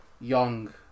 young